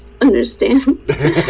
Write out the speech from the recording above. understand